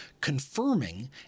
confirming